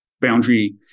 boundary